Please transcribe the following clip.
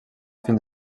fins